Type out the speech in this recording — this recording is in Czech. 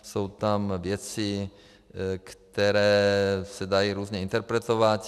Jsou tam věci, které se dají různě interpretovat.